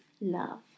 love